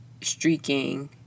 streaking